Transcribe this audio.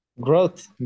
Growth